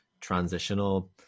transitional